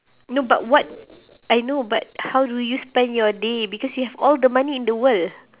no but what I know but how do you spend your day because you have all the money in the world